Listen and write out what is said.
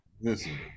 Listen